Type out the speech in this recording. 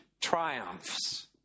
triumphs